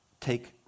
take